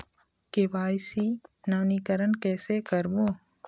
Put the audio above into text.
KYC नवीनीकरण कैसे करबो?